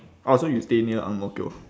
orh so you stay near ang mo kio